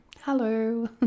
hello